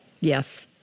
Yes